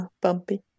Bumpy